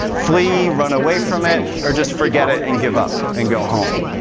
flee, run away from it, or just forget it and give up and go home.